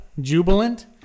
Jubilant